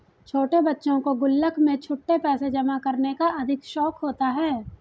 छोटे बच्चों को गुल्लक में छुट्टे पैसे जमा करने का अधिक शौक होता है